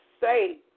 say